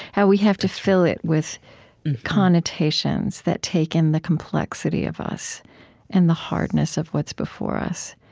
how we have to fill it with connotations that take in the complexity of us and the hardness of what's before us.